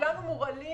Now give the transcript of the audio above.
כולנו מורעלים